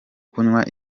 kunywa